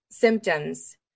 symptoms